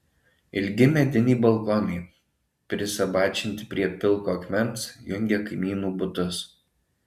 ilgi mediniai balkonai prisabačinti prie pilko akmens jungia kaimynų butus